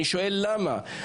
אני שואל: למה?